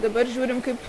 dabar žiūrim kaip